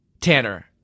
Tanner